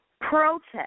protest